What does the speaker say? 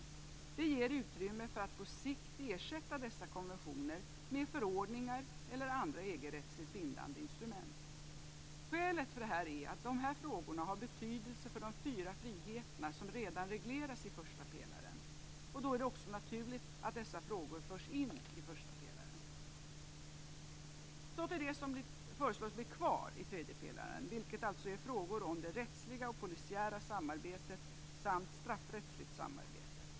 Det ger utrymme för att på sikt ersätta dessa konventioner med förordningar eller andra EG-rättsligt bindande instrument. Skälet för detta är att dessa frågor har betydelse för de fyra friheterna, som redan regleras i första pelaren. Då är det också naturligt att dessa frågor förs in i första pelaren. Nu går jag över till att tala om det som föreslås bli kvar i tredje pelaren, dvs. frågor om det rättsliga och polisiära samarbetet samt straffrättsligt samarbete.